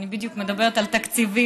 אני בדיוק מדברת על תקציבים.